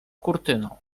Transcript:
kurtyną